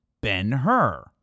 Ben-Hur